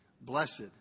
blessed